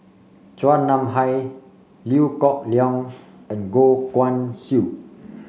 Chua Nam Hai Liew Geok Leong and Goh Guan Siew